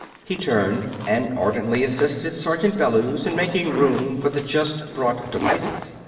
he turned and ardently assisted sergeant bellews in making room for the just-brought devices.